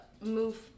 move